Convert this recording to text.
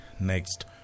next